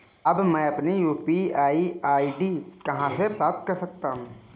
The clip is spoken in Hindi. अब मैं अपनी यू.पी.आई आई.डी कहां से प्राप्त कर सकता हूं?